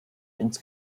ins